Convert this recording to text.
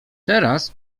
teraz